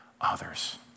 others